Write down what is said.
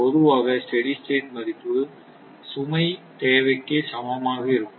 பொதுவாக steady state மதிப்பு மதிப்பு சுமை தேவைக்கு சமமாக இருக்கும்